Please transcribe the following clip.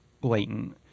blatant